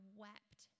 wept